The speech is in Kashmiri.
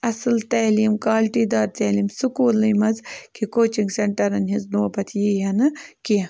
اَصٕل تعلیٖم کالٹی دار تعلیٖم سکوٗلنٕے منٛز کہِ کوچِنٛگ سینٹَرَن ہِنٛز نوٚو پَتہٕ یی ہہ نہٕ کیٚنٛہہ